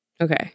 Okay